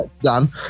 done